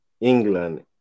England